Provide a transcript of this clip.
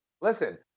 Listen